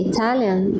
Italian